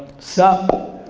sup?